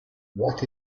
what